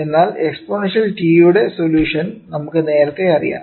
അതിനാൽ exponential t യുടെ solution നമുക്ക് നേരത്തെ അറിയാം